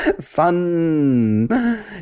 fun